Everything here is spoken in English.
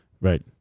Right